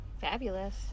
Fabulous